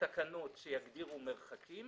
תקנות שיגדירו מרחקים,